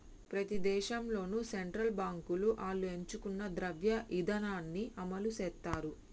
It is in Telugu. ప్రతి దేశంలోనూ సెంట్రల్ బాంకులు ఆళ్లు ఎంచుకున్న ద్రవ్య ఇదానాన్ని అమలుసేత్తాయి